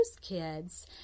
kids